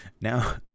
now